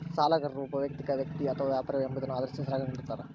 ಸಾಲಗಾರರು ಒಬ್ಬ ವೈಯಕ್ತಿಕ ವ್ಯಕ್ತಿ ಅಥವಾ ವ್ಯಾಪಾರವೇ ಎಂಬುದನ್ನು ಆಧರಿಸಿ ಸಾಲಗಳನ್ನುನಿಡ್ತಾರ